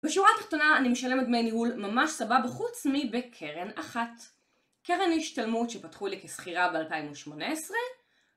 בשורה התחתונה אני משלם דמי ניהול ממש סבבה חוץ מבקרן אחת. קרן השתלמות שפתחו לי כסחירה ב-2018